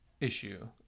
issue